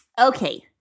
Okay